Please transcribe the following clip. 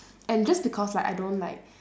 and just because like I don't like